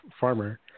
farmer